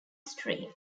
stream